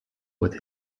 with